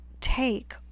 take